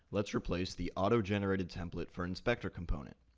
let's replace the auto-generated template for inspector component.